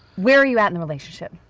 where are you at in the relationship?